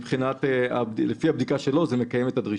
שלפי הבדיקה שלו זה מקיים את הדרישות.